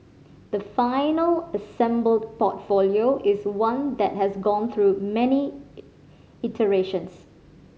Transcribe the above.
the final assembled portfolio is one that has gone through many iterations